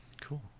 cool